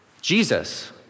Jesus